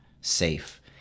safe